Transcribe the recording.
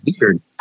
weird